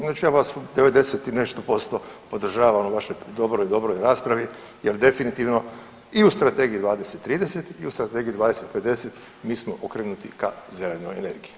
Onda ću ja vas u 90 i nešto posto podržavam u vašoj dobroj, dobroj raspravi jer definitivno i u strategiji '20.-'30. i u strategiji '20.-'50. mi smo okrenuti ka zelenoj energiji.